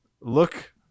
look